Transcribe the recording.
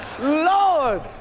Lord